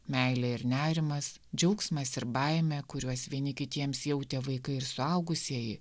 meilė ir nerimas džiaugsmas ir baimė kuriuos vieni kitiems jautė vaikai ir suaugusieji